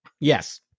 Yes